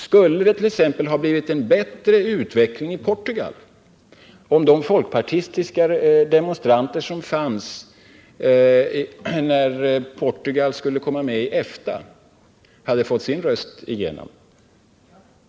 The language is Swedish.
Skulle det t.ex. ha blivit en bättre utveckling i Portugal om de folkpartistiska demonstranter som fanns när Portugal skulle komma med i EFTA hade fått sin önskan tillgodosedd?